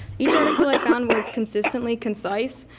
each article i found was consistently concise,